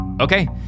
Okay